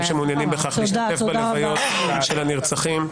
שמעוניינים בכך להשתתף בלוויות של הנרצחים.